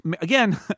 again